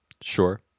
Sure